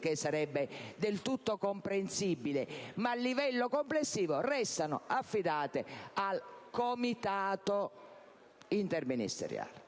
(che sarebbe del tutto comprensibile), ma a livello complessivo, restano affidate al comitato interministeriale.